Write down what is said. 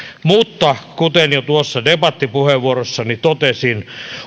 mutta kuten jo debattipuheenvuorossani totesin